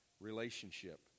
relationship